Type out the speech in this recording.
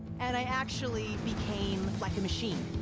and i actually became like a machine.